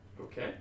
Okay